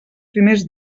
primers